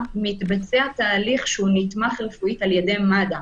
מתבצע תהליך שהוא נתמך רפואית על ידי מד"א,